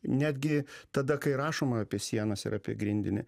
netgi tada kai rašoma apie sienas ir apie grindinį